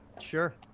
Sure